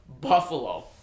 buffalo